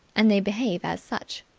and they behave as such.